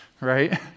right